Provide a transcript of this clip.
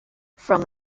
from